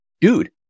dude